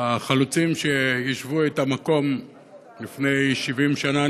החלוצים שיישבו את המקום לפני 70 שנה,